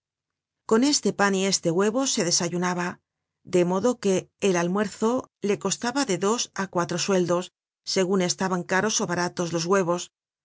con este pan y este huevo se desayunaba de modo que el almuerzo le costaba de dos á cuatro sueldos segun estaban caros ó baratos los huevos